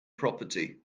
property